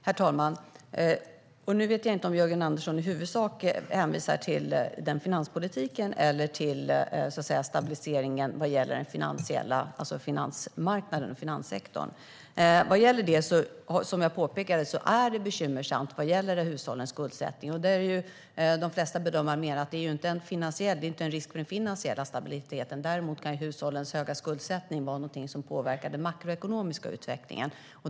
Herr talman! Nu vet jag inte om Jörgen Andersson i huvudsak hänvisar till finanspolitiken eller till, så att säga, stabiliseringen vad gäller finansmarknaden och finanssektorn. Som jag påpekade är det bekymmersamt med hushållens skuldsättning. De flesta bedömare menar att det inte är en risk för den finansiella stabiliteten. Däremot kan hushållens höga skuldsättning vara någonting som påverkar den makroekonomiska utvecklingen.